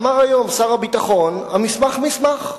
אמר היום שר הביטחון: המסמך הוא מסמך,